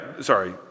sorry